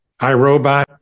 iRobot